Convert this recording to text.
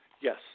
Yes